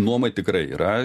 nuomai tikrai yra